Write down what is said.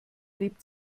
lebt